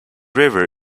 river